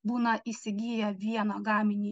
būna įsigyja vieną gaminį